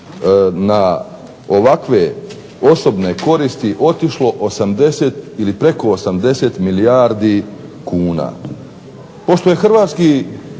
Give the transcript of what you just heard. na ovakve osobne koristi otišlo preko 80 milijardi kuna.